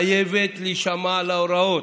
חייבת להישמע להוראות,